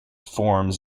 forms